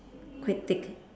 quite thick